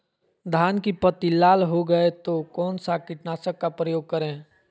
धान की पत्ती लाल हो गए तो कौन सा कीटनाशक का प्रयोग करें?